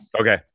okay